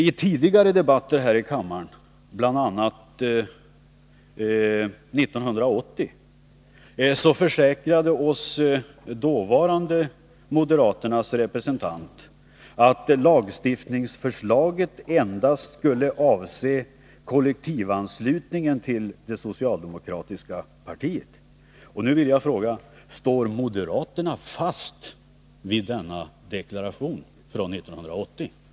I tidigare debatter i kammaren, bl.a. 1980, försäkrade oss moderaternas dåvarande representant att lagstiftningsförslaget endast skulle avse kollektivanslutningen till det socialdemokratiska partiet. Står moderaterna fast vid denna deklaration från 1980?